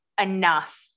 enough